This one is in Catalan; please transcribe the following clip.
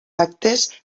actes